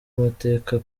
mateka